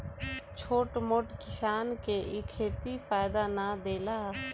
छोट मोट किसान के इ खेती फायदा ना देला